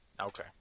Okay